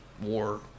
war